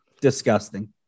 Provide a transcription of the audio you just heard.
disgusting